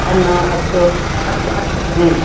अण्ण् अक्क् अच् ह्म्